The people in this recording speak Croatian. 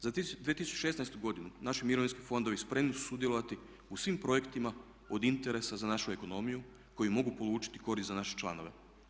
Za 2016. godinu naši mirovinski fondovi spremni su sudjelovati u svim projektima od interesa za našu ekonomiju koji mogu polučiti korist za naše članove.